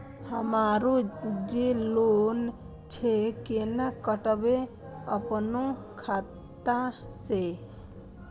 हमरो जे लोन छे केना कटेबे अपनो खाता से?